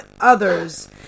others